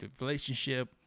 relationship